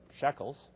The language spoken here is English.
shekels